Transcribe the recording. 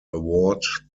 award